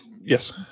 Yes